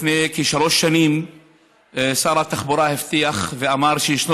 לפני כשלוש שנים שר התחבורה הבטיח ואמר שישנו